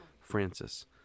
Francis